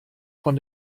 von